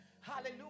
hallelujah